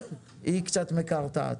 היא קצת מקרטעת,